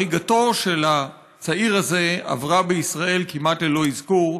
הריגתו של הצעיר הזה עברה בישראל כמעט ללא אזכור.